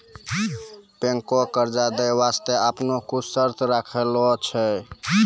बैंकें कर्जा दै बास्ते आपनो कुछ शर्त राखै छै